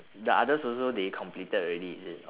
the others also they completed already is it